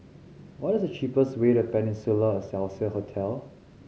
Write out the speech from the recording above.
what is the cheapest way to Peninsula Excelsior Hotel